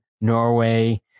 norway